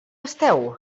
esteu